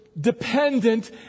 dependent